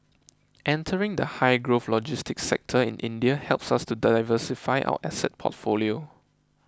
entering the high growth logistics sector in India helps us to diversify our asset portfolio